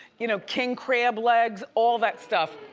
you know, king crab legs, all that stuff.